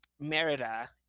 merida